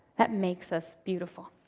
that makes us beautiful.